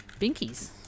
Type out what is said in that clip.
Binkies